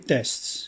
Tests